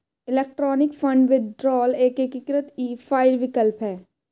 electronic fund withdrawal एक एकीकृत e file विकल्प है